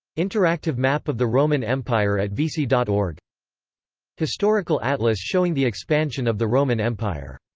interactive map of the roman empire at vici dot org historical atlas showing the expansion of the roman empire.